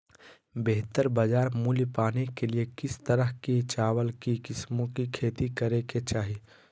बेहतर बाजार मूल्य पाने के लिए किस तरह की चावल की किस्मों की खेती करे के चाहि?